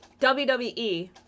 WWE